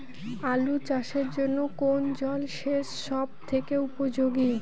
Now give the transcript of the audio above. আলু চাষের জন্য কোন জল সেচ সব থেকে উপযোগী?